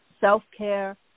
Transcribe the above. self-care